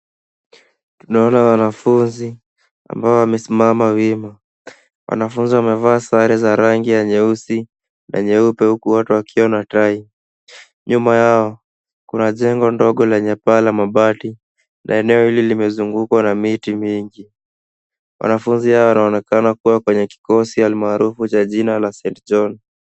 Tunaona wanafunzi ambao wamesimama wima. Wanafunzi wamevaa sare za rangi ya nyeusi na nyeupe huku wote wakiwa na tai. Nyuma yao kuna jengo ndogo lenye paa la mabati na eneo hili limezungukwa na miti mingi. Wanafunzi hawa wanaonekana kuwa kwenye kikosi almaarufu cha jina cha St. John.